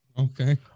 Okay